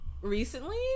Recently